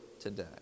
today